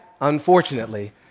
unfortunately